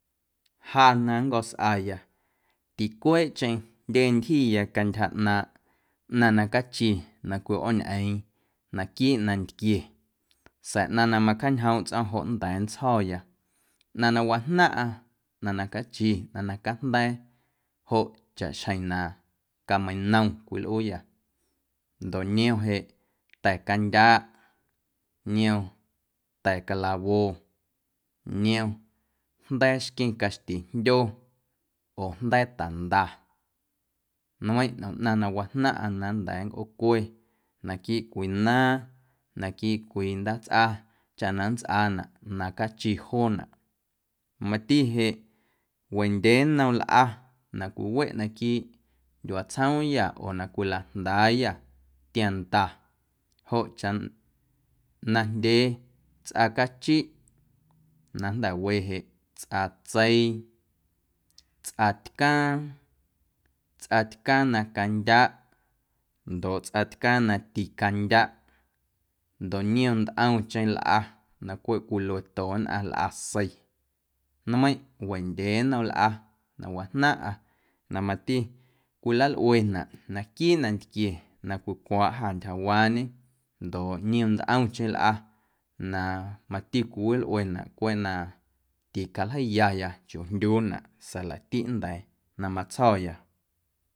Ja na ncosꞌaya ticweeꞌcheⁿ jndye ntyjiya cantyja ꞌnaaⁿꞌ ꞌnaⁿ na cachi na cwiꞌooñꞌeeⁿ naquiiꞌ nantquie sa̱a̱ ꞌnaⁿ na macjaañjoomꞌ tsꞌo̱ⁿ joꞌ nnda̱a̱ nntsjo̱ya ꞌnaⁿ na wajnaⁿꞌa ꞌnaⁿ na cachi ꞌnaⁿ na cajnda̱a̱ joꞌ chaꞌxjeⁿ na camienom cwilꞌuuyâ ndoꞌ niom jeꞌ ta̱ candyaꞌ, ta̱ calawo, niom jnda̱a̱ xqueⁿ caxtijndyo oo jnda̱a̱ tanda nmeiⁿꞌ ntꞌom ꞌnaⁿ na wajnaⁿꞌa na nnda̱a̱ nncꞌoocwe naquiiꞌ cwii naaⁿ, naquiiꞌ cwii ndaatsꞌa chaꞌ na nntsꞌaanaꞌ na cachi joonaꞌ mati jeꞌ wendyee nnom lꞌa na cwiweꞌ naquiiꞌ ndyuaa tsjomyâ oo na cwilajndaayâ tienda joꞌ chaꞌ najndyee tsꞌa cachiꞌ na jnda̱we jeꞌ tsꞌa tseii, tsꞌa tcaaⁿ, tsꞌa tcaaⁿ na candyaꞌ ndoꞌ tsꞌa tcaaⁿ na ticandyaꞌ ndoꞌ niom ntꞌomcheⁿ lꞌa na cweꞌ cwilueto nnꞌaⁿ lꞌa sei nmeiⁿꞌ wendyee nnom lꞌa na wajnaⁿꞌa na mati cwilalꞌuenaꞌ naquiiꞌ nantquie na cwicwaaꞌ jâ ntyjawaañe ndoꞌ niom ntꞌomcheⁿ lꞌa na mati cwiwilꞌuenaꞌ cweꞌ na ticaljeiyaya chiuu jndyuunaꞌ sa̱a̱ laꞌtiꞌ nnda̱a̱ na matsjo̱ya.